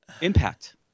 impact